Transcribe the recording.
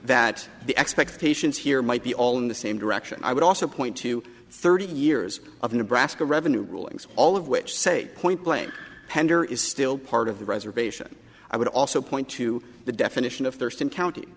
that the expectations here might be all in the same direction i would also point to thirty years of nebraska revenue rulings all of which say point blank pender is still part of the reservation i would also point to the definition of